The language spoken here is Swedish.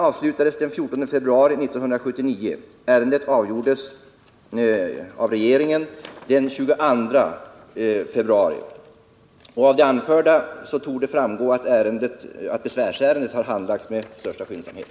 Av det anförda torde framgå att besvärsärendet handlagts med största skyndsamhet.